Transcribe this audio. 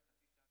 זה תלוי בוועדה